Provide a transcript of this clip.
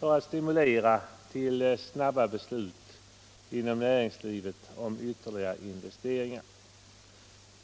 för att stimulera till snabba beslut inom näringslivet om ytterligare investeringar.